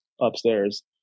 upstairs